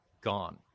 gone